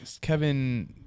Kevin